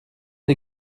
des